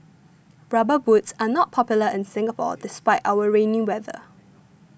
rubber boots are not popular in Singapore despite our rainy weather